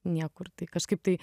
niekur tai kažkaip tai